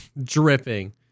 Dripping